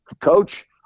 Coach